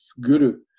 guru